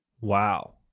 Wow